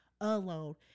alone